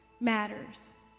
matters